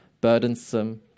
burdensome